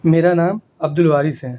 میرا نام عبدالوارث ہے